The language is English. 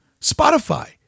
Spotify